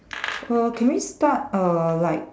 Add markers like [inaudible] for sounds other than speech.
[noise] err can we start err like